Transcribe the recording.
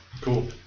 Cool